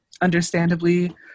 understandably